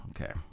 okay